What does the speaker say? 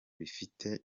bifite